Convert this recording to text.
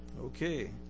okay